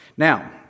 Now